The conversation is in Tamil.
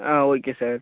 ah okay sir